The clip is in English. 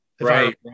Right